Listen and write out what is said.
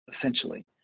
essentially